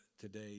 today